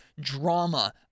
drama